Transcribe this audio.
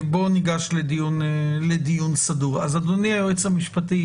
האם זה נקרא לזה האפקט המרכזי